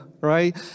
right